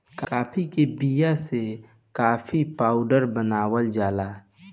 काफी के बिया से काफी पाउडर बनावल जाला